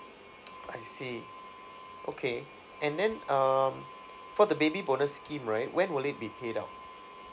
I see okay and then um for the baby bonus scheme right when will it be paid out